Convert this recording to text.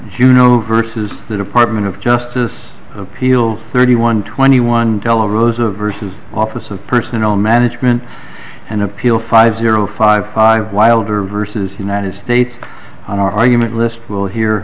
no versus the department of justice appeal thirty one twenty one tell rosa version office of personnel management and appeal five zero five five wilder versus united states on our argument list will he